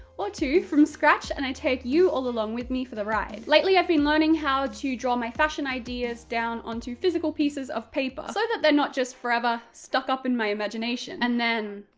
or two from scratch and i take you all along with me for the ride. lately i've been learning how to draw my fashion ideas down onto physical pieces of paper, so that they're not just forever stuck up in my imagination and then.